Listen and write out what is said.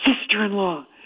sister-in-law